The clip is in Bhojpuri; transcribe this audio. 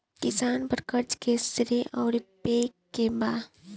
किसान पर क़र्ज़े के श्रेइ आउर पेई के बा?